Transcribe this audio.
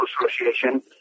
Association